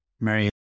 mary